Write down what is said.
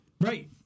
Right